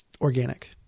organic